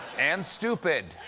and stupid.